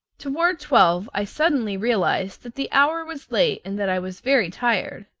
toward twelve i suddenly realized that the hour was late and that i was very tired.